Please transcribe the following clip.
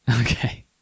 Okay